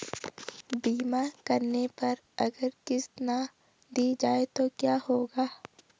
बीमा करने पर अगर किश्त ना दी जाये तो क्या होगा?